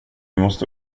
måste